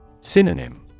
Synonym